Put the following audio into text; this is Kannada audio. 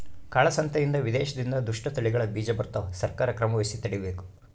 ಕಾಳ ಸಂತೆಯಿಂದ ವಿದೇಶದಿಂದ ದುಷ್ಟ ತಳಿಗಳ ಬೀಜ ಬರ್ತವ ಸರ್ಕಾರ ಕ್ರಮವಹಿಸಿ ತಡೀಬೇಕು